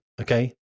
okay